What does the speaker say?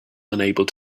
unable